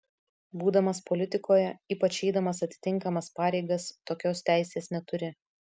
būdamas politikoje ypač eidamas atitinkamas pareigas tokios teisės neturi